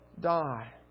die